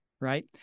right